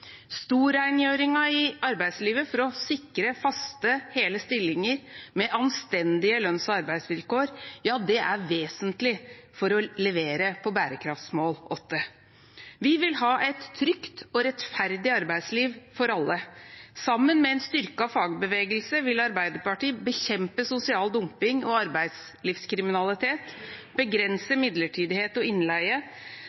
i arbeidslivet for å sikre faste, hele stillinger og anstendige lønns- og arbeidsvilkår er vesentlig for å levere på bærekraftsmål 8. Vi vil ha et trygt og rettferdig arbeidsliv for alle. Sammen med en styrket fagbevegelse vil Arbeiderpartiet bekjempe sosial dumping og arbeidslivskriminalitet, begrense